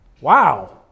Wow